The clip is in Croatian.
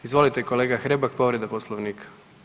Izvolite kolega Hrebak, povreda Poslovnika.